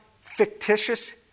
fictitious